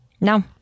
No